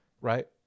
right